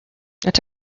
took